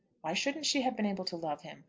why shouldn't she have been able to love him?